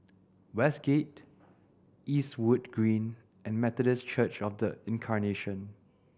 Westgate Eastwood Green and Methodist Church Of The Incarnation